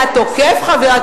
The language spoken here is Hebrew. היא תהיה ראש הממשלה, ואיפה את